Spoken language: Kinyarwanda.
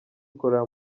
ikorera